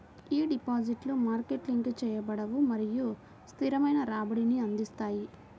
ఈ డిపాజిట్లు market link చేయబడవు మరియు స్థిరమైన రాబడిని అందిస్తాయి